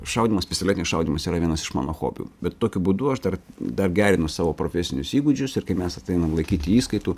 šaudymas pistoletiniu šaudymas yra vienas iš mano hobių bet tokiu būdu aš dar dar gerinu savo profesinius įgūdžius ir kai mes ateinam laikyti įskaitų